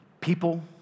people